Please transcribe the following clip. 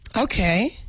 Okay